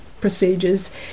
procedures